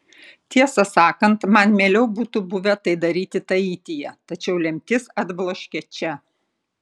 tiesą sakant man mieliau būtų buvę tai daryti taityje tačiau lemtis atbloškė čia